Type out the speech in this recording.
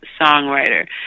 Songwriter